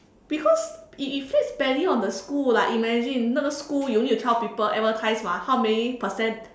because it inflicts badly on the school like imagine if not the school you need to tell people advertise mah how many percent